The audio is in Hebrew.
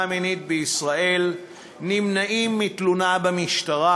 מינית בישראל נמנעים מתלונה במשטרה,